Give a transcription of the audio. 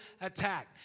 attack